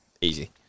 easy